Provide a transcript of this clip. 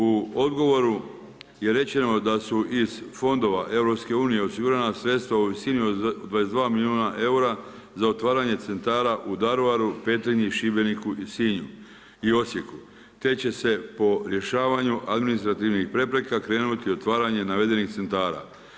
U odgovoru je rečeno da su iz fondova EU-a osigurana sredstva u visini od 22 milijuna eura za otvaranje centara u Daruvaru, Petrinji, Šibeniku, Sinju i Osijeku te će po rješavanju administrativnih prepreka krenuti otvaranje navedenih centara.